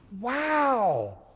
Wow